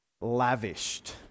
Lavished